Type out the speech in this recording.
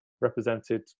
represented